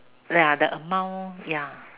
ya the amount ya